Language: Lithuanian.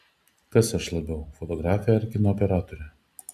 kas aš labiau fotografė ar kino operatorė